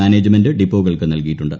management ഡിപ്പോകൾക്കു നൽകിയിട്ടുണ്ട്